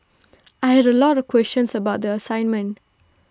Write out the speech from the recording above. I had A lot of questions about the assignment